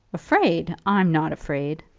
afraid! i'm not afraid!